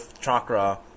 chakra